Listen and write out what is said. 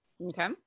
Okay